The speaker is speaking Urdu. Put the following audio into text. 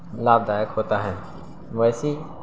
لابھ دائک ہوتا ہے مویشی